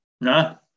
no